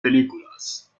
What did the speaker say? películas